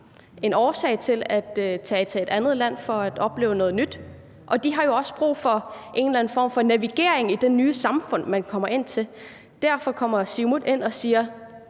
en årsag til at tage til et andet land – f.eks. at opleve noget nyt – og de har jo også brug for en eller anden form for navigering i det nye samfund, de kommer til. Derfor kommer Siumut ind og siger: